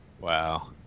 wow